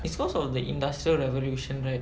it's cause of the industrial revolution right